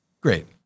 Great